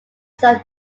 some